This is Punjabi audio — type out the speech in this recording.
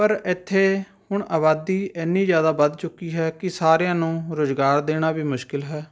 ਪਰ ਇੱਥੇ ਹੁਣ ਆਬਾਦੀ ਐਨੀ ਜ਼ਿਆਦਾ ਵੱਧ ਚੁੱਕੀ ਹੈ ਕਿ ਸਾਰਿਆਂ ਨੂੰ ਰੁਜ਼ਗਾਰ ਦੇਣਾ ਵੀ ਮੁਸ਼ਕਲ ਹੈ